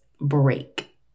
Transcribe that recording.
break